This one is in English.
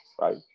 right